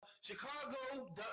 Chicago